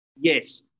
Yes